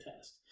test